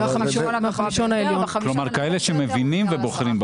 בחמישון הנמוך ביותר?